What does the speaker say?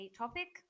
topic